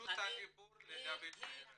רשות הדיבור היא של דוד מהרט.